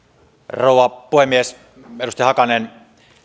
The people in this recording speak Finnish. rouva puhemies edustaja hakanen